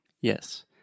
Yes